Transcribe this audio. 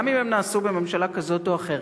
גם אם הם נעשו בממשלה כזאת או אחרת.